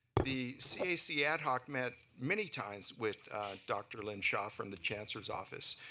the cac ad hoc met many times with dr. lynn shaw from the chancellor's office.